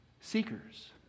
seekers